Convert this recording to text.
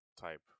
type